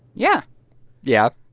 yeah yeah.